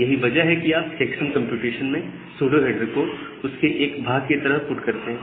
यही वजह है कि आप चेक्सम कंप्यूटेशन में सुडो हेडर को उसके एक भाग की तरह पुट करते हैं